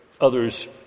others